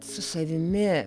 su savimi